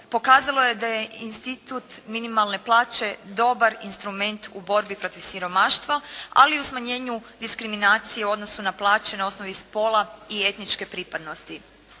pokazalo je da je institut minimalne plaće dobar instrument u borbi protiv siromaštva, ali i u smanjenju diskriminacije u odnosu na plaće na osnovi spola i etničke pripadnosti.